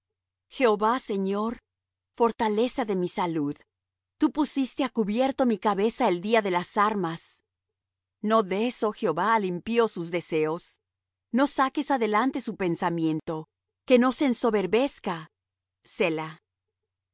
jehová señor fortaleza de mi salud tú pusiste á cubierto mi cabeza el día de las armas no des oh jehová al impío sus deseos no saques adelante su pensamiento que no se ensoberbezca